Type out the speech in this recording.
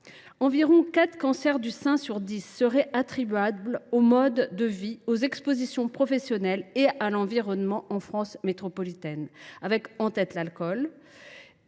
environ quatre cancers du sein sur dix seraient attribuables au mode de vie, aux expositions professionnelles et à l’environnement en France métropolitaine, avec en première